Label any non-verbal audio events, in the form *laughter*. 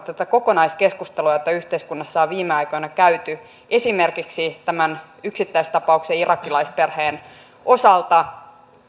*unintelligible* tätä kokonaiskeskustelua jota yhteiskunnassa on viime aikoina käyty esimerkiksi tämän yksittäistapauksen irakilaisperheen osalta